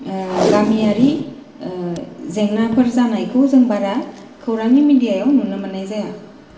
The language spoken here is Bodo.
गामियारि जेंनाफोर जानायखौ जों बारा खौरांनि मिदियायाव नुनो मोननाय जाया